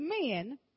men